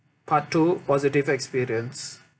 part two positive experience